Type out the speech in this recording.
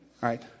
right